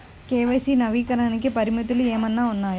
KYC నవీకరణకి పరిమితులు ఏమన్నా ఉన్నాయా?